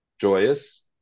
joyous